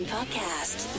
Podcast